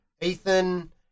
Ethan